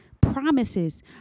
promises